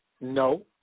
no